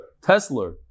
Tesla